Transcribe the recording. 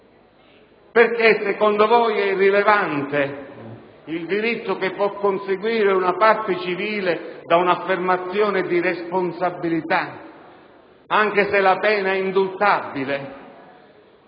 questa? Secondo voi, è irrilevante il diritto che può conseguire una parte civile da un'affermazione di responsabilità, anche se la pena è indultabile?